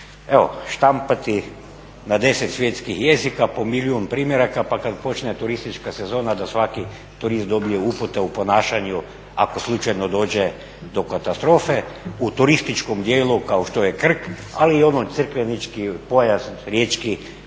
Evo, štampati na 10 svjetskih jezika po milijun primjeraka pa kad počne turistička sezona da svaki turist dobije upute o ponašanju ako slučajno dođe do katastrofe u turističkom dijelu kao što je Krk, ali i ono crkvenički pojas, riječki